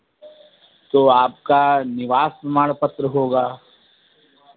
तो आपका निवास प्रमाण पत्र होगा